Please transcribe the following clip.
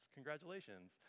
Congratulations